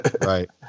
Right